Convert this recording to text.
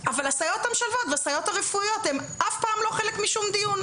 אבל הסייעות המשלבות והסייעות הרפואיות הן אף פעם לא חלק משום דיון.